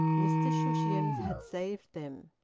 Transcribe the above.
mr shushions had saved them.